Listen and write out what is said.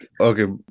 Okay